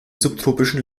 subtropischen